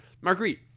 Marguerite